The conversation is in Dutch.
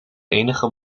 enige